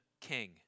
king